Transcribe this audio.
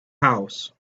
house